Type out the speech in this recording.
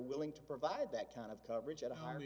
willing to provide that kind of coverage at a higher